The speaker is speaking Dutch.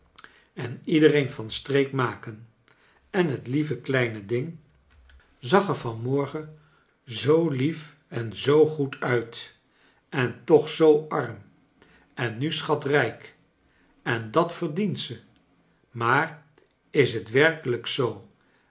en iedereen van streek maken en het lieve kieine ding zag charles dickens er van morgen zoo lief en zoo goed nit en toch zoo arm en nu schatrijk en dat verdient ze maar is t werkelijk zoo